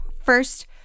first